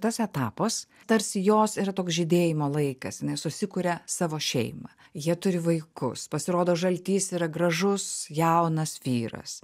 tas etapas tarsi jos yra toks žydėjimo laikas jinai susikuria savo šeimą jie turi vaikus pasirodo žaltys yra gražus jaunas vyras